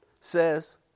says